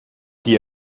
qui